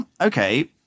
Okay